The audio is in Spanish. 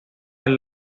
del